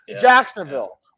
Jacksonville